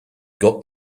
got